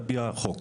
לפי החוק.